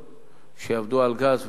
שיעבדו על גז,